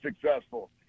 successful